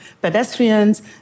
pedestrians